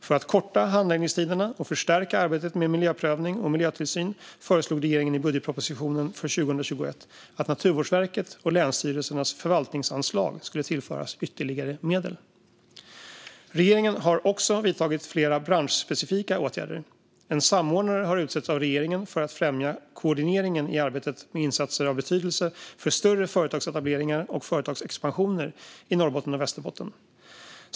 För att korta handläggningstiderna och förstärka arbetet med miljöprövning och miljötillsyn föreslog regeringen i budgetpropositionen för 2021 att Naturvårdsverkets och länsstyrelsernas förvaltningsanslag skulle tillföras ytterligare medel. Regeringen har också vidtagit flera branschspecifika åtgärder. En samordnare har utsetts av regeringen för att främja koordineringen i arbetet med insatser av betydelse för större företagsetableringar och företagsexpansioner i Norrbotten och Västerbotten.